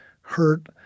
hurt